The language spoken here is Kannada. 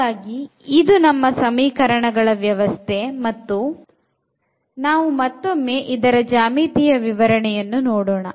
ಹಾಗಾಗಿ ಇದು ನಮ್ಮ ಸಮೀಕರಣಗಳ ವ್ಯವಸ್ಥೆ ಮತ್ತು ನಾವು ಮತ್ತೊಮ್ಮೆ ಇದರ ಜ್ಯಾಮಿತಿಯ ವಿವರಣೆಯನ್ನು ನೋಡೋಣ